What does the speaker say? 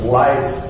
life